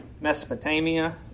Mesopotamia